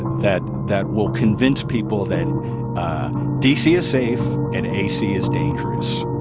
that that will convince people that dc is safe and ac is dangerous